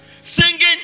Singing